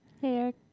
Hey